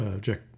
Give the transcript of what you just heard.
Jack